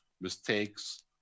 mistakes